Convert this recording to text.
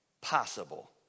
possible